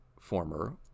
former